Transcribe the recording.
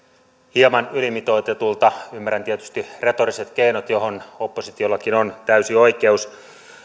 hieman ylimitoitetulta ymmärrän tietysti retoriset keinot johon oppositiollakin on täysi oikeus